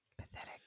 Pathetic